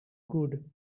good